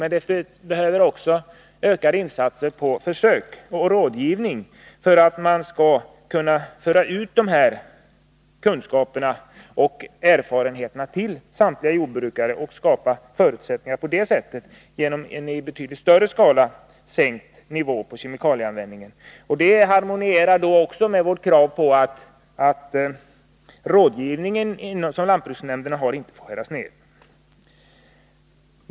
Men det krävs ökade insatser också i fråga om försöksverksamhet och rådgivning för att man skall kunna föra ut kunskaperna och erfarenheterna till samtliga jordbrukare. På det sättet kan man skapa förutsättningar för en minskning av kemikalieanvändningen i betydligt större skala. Detta harmonierar också med vårt krav, att den rådgivning som lantbruksnämnderna har inte får skäras ner.